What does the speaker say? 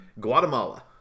Guatemala